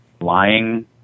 lying